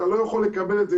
אתה לא יכול לקבל את זה,